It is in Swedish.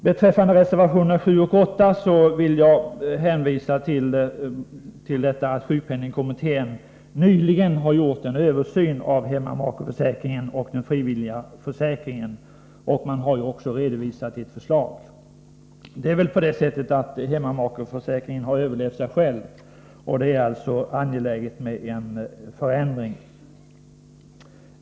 Beträffande reservationerna 7 och 8 hänvisar jag till att sjukpenningkommittén nyligen gjort en översyn av hemmamakeförsäkringen och den frivilliga försäkringen. Man har även redovisat ett förslag. Kanske är det så att hemmamakeförsäkringen överlevt sig själv. Det är alltså angeläget att en förändring kommer till stånd.